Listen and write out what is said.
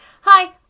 Hi